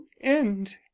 end